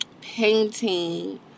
painting